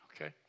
Okay